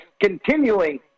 continuing